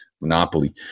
monopoly